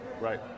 right